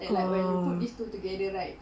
oh